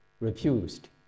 refused